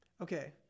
okay